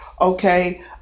Okay